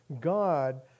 God